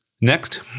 Next